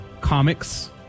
Comics